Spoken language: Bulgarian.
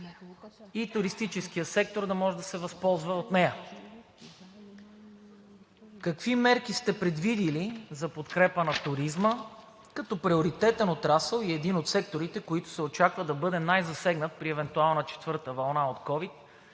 и туристическият сектор да може да се възползва от нея? Какви мерки сте предвидили за подкрепа на туризма като приоритетен отрасъл и един от секторите, който се очаква да бъде най-засегнат при евентуална четвърта вълна от ковид